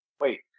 wait